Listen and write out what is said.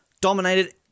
dominated